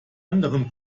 anderen